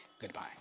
goodbye